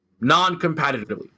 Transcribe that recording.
non-competitively